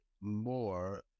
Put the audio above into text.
more